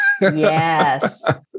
Yes